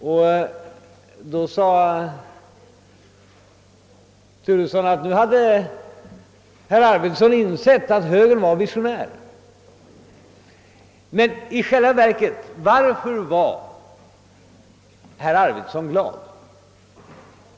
Detta föranledde herr Turesson att säga att nu har herr Arvidson insett att högern är visionär. Men varför var herr Arvidson i själva verket så glad?